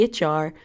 HR